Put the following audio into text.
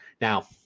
Now